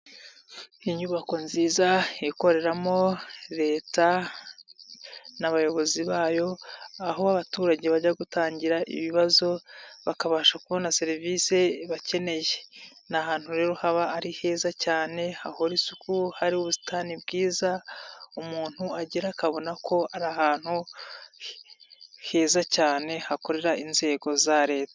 Inyubako nziza ikoreramo Leta n'abayobozi bayo aho abaturage bajya gutangira ibibazo bakabasha kubona serivisi bakeneye, n'ahantu rero haba ari heza cyane hahora isuku hari ubusitani bwiza umuntu agera akabona ko ari ahantu heza cyane hakorera inzego za Leta.